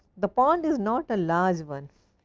the pond is not a large one.